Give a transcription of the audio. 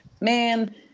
man